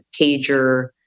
pager